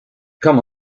come